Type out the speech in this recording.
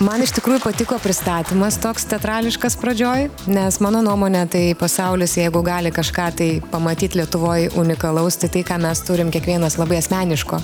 man iš tikrųjų patiko pristatymas toks teatrališkas pradžioj nes mano nuomone tai pasaulis jeigu gali kažką tai pamatyt lietuvoj unikalaus tai tai ką mes turim kiekvienas labai asmeniško